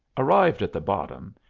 arrived at the bottom,